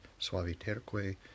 suaviterque